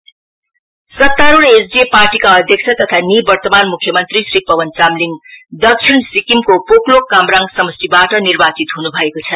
election south सतारूढ SDF पार्टीका अध्यक्ष तथा निवर्तमान मुख्य मंत्री श्री पवन चामलिङ दक्षिण सिक्किमको पोक्लोक कामराङ समष्टिबाट निर्वाचित हुन् भएको छ